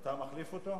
--- אתה מחליף אותו?